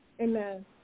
Amen